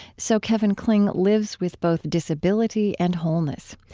so kevin kling lives with both disability and wholeness.